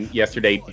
yesterday